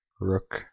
Rook